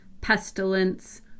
pestilence